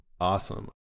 Awesome